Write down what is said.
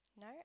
No